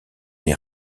les